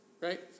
Right